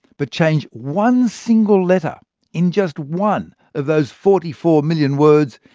but change one single letter in just one of those forty four million words,